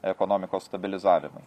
ekonomikos stabilizavimui